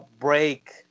break